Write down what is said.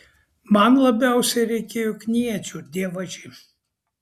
man labiausiai reikėjo kniedžių dievaži